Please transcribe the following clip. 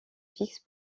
fixe